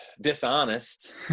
dishonest